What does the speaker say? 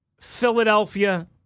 Philadelphia